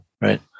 Right